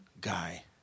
guy